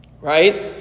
right